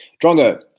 Drongo